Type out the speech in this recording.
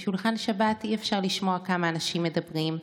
בשולחן שבת אי-אפשר לשמוע כמה אנשים מדברים,